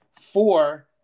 Four